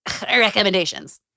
recommendations